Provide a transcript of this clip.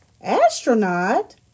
Astronaut